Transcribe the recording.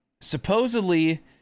supposedly